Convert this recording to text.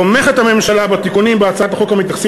הממשלה תומכת בתיקונים בהצעת החוק המתייחסים